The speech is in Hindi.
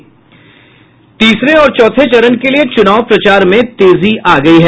तीसरे और चौथे चरण के लिए चुनाव प्रचार में तेजी आ गयी है